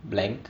blank